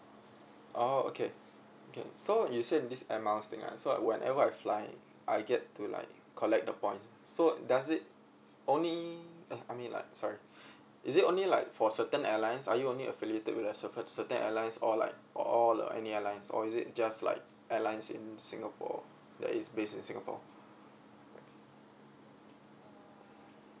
oh okay okay so you said this air miles thing ah so whenever I fly I get to like collect the point so does it only uh I mean like sorry is it only like for certain airlines are you only affiliated with a cer~ certain airlines or like all any airlines or is it just like airlines in singapore that is based in singapore